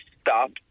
stop